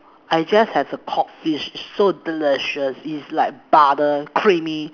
I just had a codfish so delicious it's like butter creamy